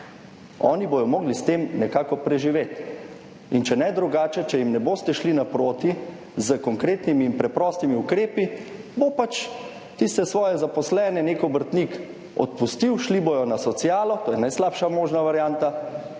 Oni bodo mogli s tem nekako preživeti, in če ne drugače, če jim ne boste šli naproti s konkretnimi in preprostimi ukrepi, bo tiste svoje zaposlene nek obrtnik odpustil, šli bodo na socialo, to je najslabša možna varianta,